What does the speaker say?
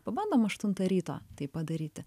pabandom aštuntą ryto tai padaryti